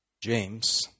James